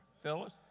Phyllis